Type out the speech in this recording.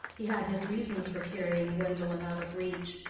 he had his reasons for carrying gwendolen out of reach,